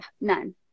none